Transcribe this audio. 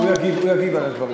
הוא יגיב על הדברים שלך.